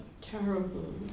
Terrible